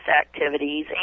activities